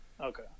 okay